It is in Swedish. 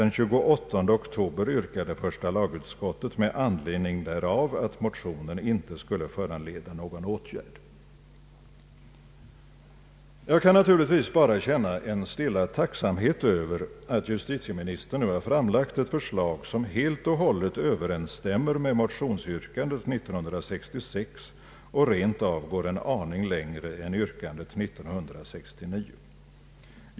Den 28 oktober yrkade första lagutskottet med anledning därav att motionen inte skulle föranleda någon åtgärd. Jag kan naturligtvis bara känna en stilla tacksamhet över att justitieministern nu har framlagt ett förslag som helt och hållet överensstämmer med motionsyrkandet år 1966 och rent av går en aning längre än yrkandet 1969.